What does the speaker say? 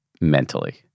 mentally